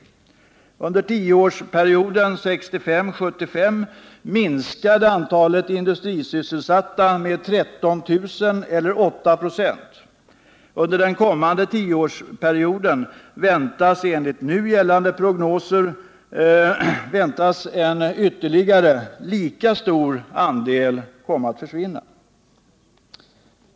Under tioårsperioden 1965-1975 minskade antalet industrisysselsatta med 13 000 eller med 8 96. Under den kommande tioårsperioden väntas enligt nu gällande prognoser en ytterligare lika stor andel komma att försvinna.